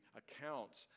accounts